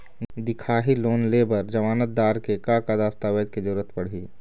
दिखाही लोन ले बर जमानतदार के का का दस्तावेज के जरूरत पड़ही?